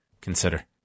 consider